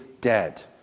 dead